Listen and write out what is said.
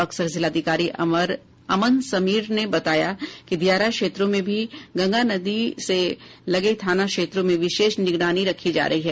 बक्सर जिलाधिकारी अमन समीर ने बताया कि दियारा क्षेत्रों में भी गंगा नदी से लगे थाना क्षेत्रों में विशेष निगरानी रखी जा रही है